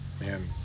Man